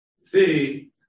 See